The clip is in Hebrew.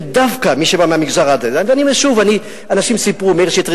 ודווקא מי שבא מהמגזר,